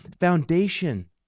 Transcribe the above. foundation